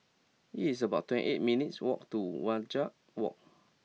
it's about twenty eight minutes' walk to Wajek Walk